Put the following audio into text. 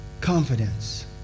confidence